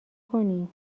کنی